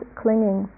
clinging